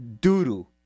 doo-doo